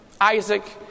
Isaac